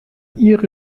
ihre